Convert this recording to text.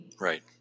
Right